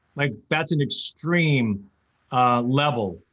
like, that's an extreme level.